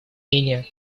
менее